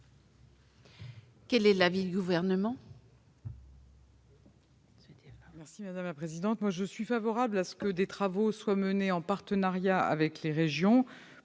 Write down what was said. Quel est l'avis du Gouvernement ?